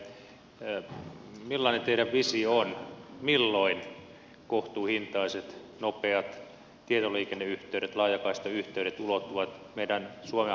millainen teidän visionne on milloin kohtuuhintaiset nopeat tietoliikenneyhteydet laajakaistayhteydet ulottuvat meidän suomen haja asutusalueella kaikkiin talouksiin